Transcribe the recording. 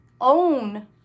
own